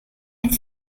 and